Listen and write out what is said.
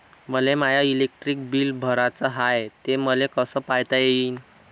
मले my electric bill भराचं हाय, ते मले कस पायता येईन?